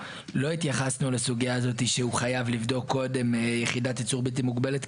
לא התייחסנו לסוגיה הזאת שהוא חייב לבדוק קודם יחידת ייצור בלתי מוגבלת,